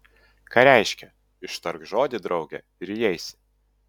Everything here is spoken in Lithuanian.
ką reiškia ištark žodį drauge ir įeisi